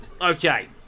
Okay